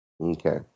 Okay